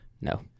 No